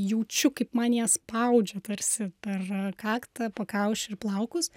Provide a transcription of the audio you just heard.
jaučiu kaip man ją spaudžia tarsi per kaktą pakaušį ir plaukus